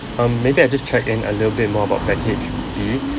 um maybe I just check in a little bit more about package B